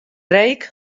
reek